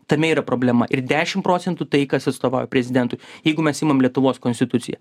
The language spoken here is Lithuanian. tame yra problema ir dešim procentų tai kas atstovauja prezidentui jeigu mes imam lietuvos konstitucija